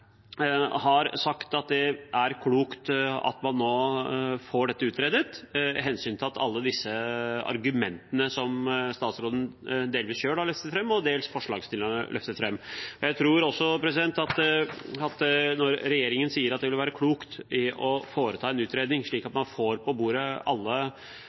har sagt at det er klokt at man nå får dette utredet, hensyntatt alle disse argumentene som ble løftet fram delvis av statsråden selv og delvis av forslagsstillerne. Jeg tror også at når regjeringen sier det vil være klokt å foreta en utredning, slik at man får alle